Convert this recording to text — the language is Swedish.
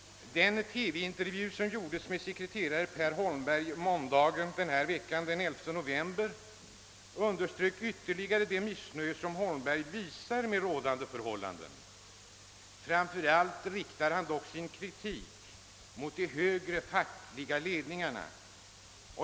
Den TV-intervju som gjordes med sekreterare Per Holmberg måndagen den 11 november underströk ytterligare hans missnöje med rådande förhållanden. Framför allt riktar han dock sin kritik mot de högre fackliga ledningarna.